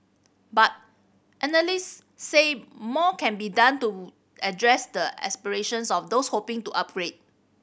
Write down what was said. but analysts said more can be done to address the aspirations of those hoping to upgrade